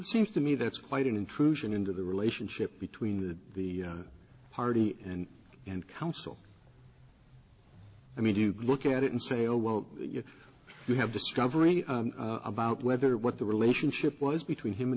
it seems to me that's quite an intrusion into the relationship between the party and and counsel i mean you look at it and say oh well you know you have discovery about whether what the relationship was between him and